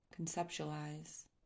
conceptualize